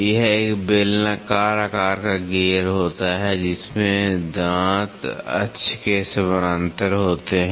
यह एक बेलनाकार आकार का गियर होता है जिसमें दांत अक्ष के समानांतर होते हैं